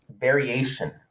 variation